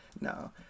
no